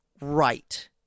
right